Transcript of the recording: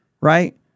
right